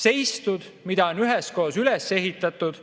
seistud, mida on üheskoos üles ehitatud.